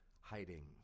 hiding